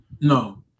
No